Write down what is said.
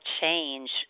change